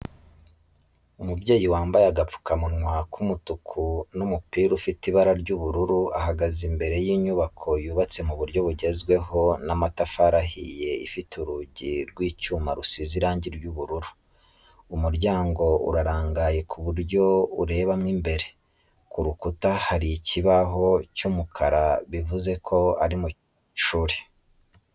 Umubyeyi wambaye agapfukamunwa k'umutuku n'umupira ufite ibara ry'ubururu ahagaze imbere y'inyubako yubatse mu buryo bugezweho n'amatafari ahiye ifite urugi rw'icyuma rusize irangi ry'ubururu, umuryango urarangaye ku buryo urebamo imbere, ku rukuta hari ikibaho cy'umukara bivuze ko ari mu cyumba cy'ishuri.